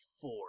four